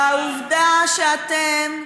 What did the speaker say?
והעובדה שאתם,